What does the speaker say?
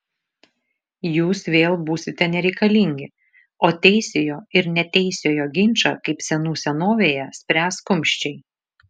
jūs vėl būsite nereikalingi o teisiojo ir neteisiojo ginčą kaip senų senovėje spręs kumščiai